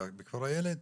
בכפר הילד,